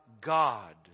God